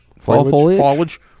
Foliage